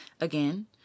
Again